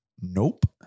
Nope